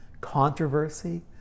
controversy